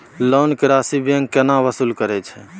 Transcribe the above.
Loan के राशि bank केना वसूल करे छै?